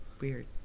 weird